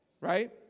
right